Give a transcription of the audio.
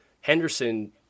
Henderson